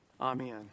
Amen